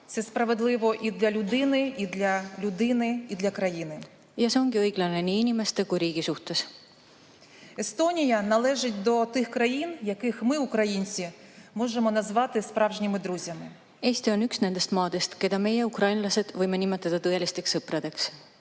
see ongi õiglane nii inimeste kui ka riigi suhtes. Eesti on üks nendest maadest, keda meie, ukrainlased võime nimetada tõeliseks sõbraks,